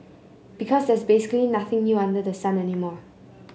because there's basically nothing new under the sun anymore